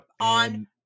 on